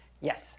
yes